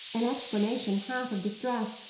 an exclamation half of distress,